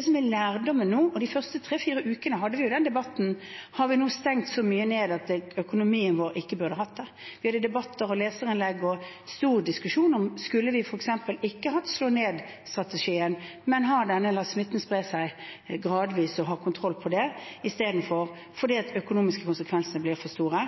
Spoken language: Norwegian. De første tre–fire ukene hadde vi jo en debatt rundt det om vi hadde stengt for mye ned, om økonomien vår ikke burde hatt dette. Vi hadde debatter og leserinnlegg og stor diskusjon f.eks. om vi ikke skulle brukt slå-ned-strategien, men heller latt smitten spre seg gradvis og hatt kontroll på det, fordi de økonomiske konsekvensene ble for store.